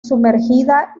sumergida